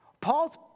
Paul's